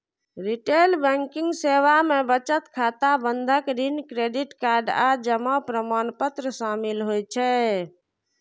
retail banking सेवा मे बचत खाता, बंधक, ऋण, क्रेडिट कार्ड आ जमा प्रमाणपत्र शामिल होइ छै